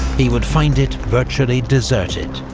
he would find it virtually deserted,